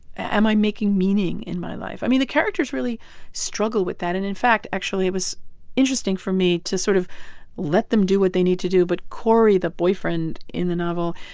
am i making meaning in my life? i mean, the characters really struggle with that. and in fact, actually, it was interesting for me to sort of let them do what they need to do. but cory, the boyfriend in the novel,